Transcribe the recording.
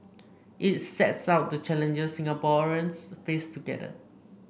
it sets out the challenges Singaporeans face together